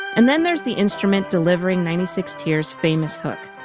and then there's the instrument delivering ninety six tears famous hook.